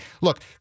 Look